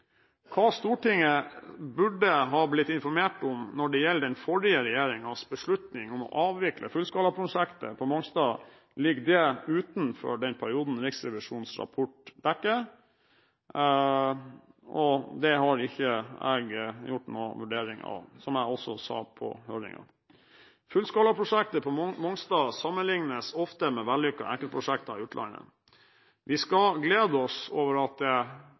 Hva Stortinget burde ha blitt informert om når det gjelder den forrige regjeringens beslutning om å avvikle fullskalaprosjektet på Mongstad, ligger utenfor den perioden Riksrevisjonens rapport dekker, og det har ikke jeg gjort noen vurdering av, som jeg også sa på høringen. Fullskalaprosjektet på Mongstad sammenlignes ofte med vellykkede enkeltprosjekter i utlandet. Vi skal glede oss over at det